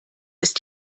ist